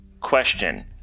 Question